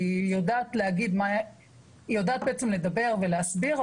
כי היא יודעת בעצם לדבר ולהסביר,